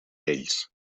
ells